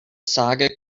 saga